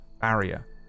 barrier